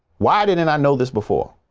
why didn't i know this before?